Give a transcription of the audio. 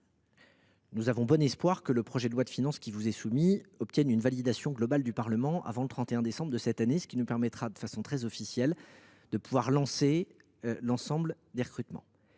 Nous avons bon espoir que le projet de loi de finances qui vous est soumis obtiendra une validation globale du Parlement avant le 31 décembre de cette année, ce qui nous permettra de lancer l’ensemble des recrutements